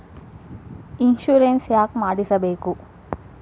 Insurance ಯಾಕ್ ಮಾಡಿಸಬೇಕು?